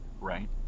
right